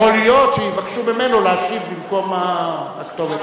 יכול להיות שיבקשו ממנו להשיב במקום הכתובת הזאת.